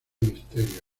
misterio